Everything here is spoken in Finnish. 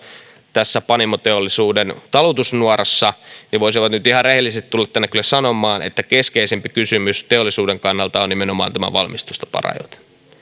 tässä panimoteollisuuden talutusnuorassa he voisivat nyt ihan rehellisesti tulla tänne kyllä sanomaan että keskeisempi kysymys teollisuuden kannalta on nimenomaan tämä valmistustaparajoite